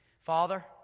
Father